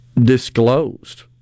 disclosed